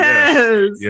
Yes